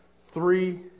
three